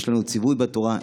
יש לנו ציווי בתורה,